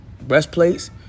breastplates